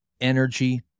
energy